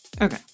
Okay